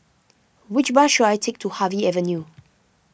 which bus should I take to Harvey Avenue